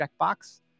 checkbox